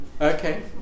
Okay